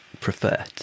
prefer